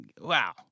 wow